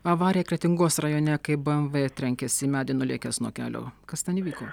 avariją kretingos rajone kai bmw trenkėsi į medį nulėkęs nuo kelio kas ten įvyko